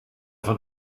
van